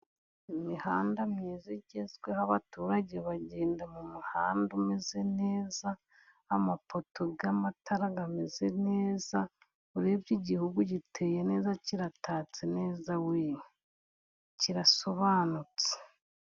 Imihanda myiza igezweho abaturage bagenda mu muhanda umeze neza, amapoto y'amatara ameze neza urebye igihugu giteye neza kiratatse neza weee! Kirasobanutse.